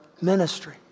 ministry